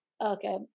Okay